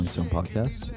Podcast